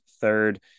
third